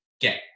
get